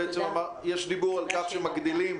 יש דיבור על כך שמגדילים